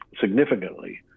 significantly